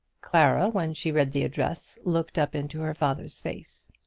clara, when she read the address, looked up into her father's face.